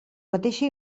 mateixa